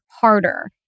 harder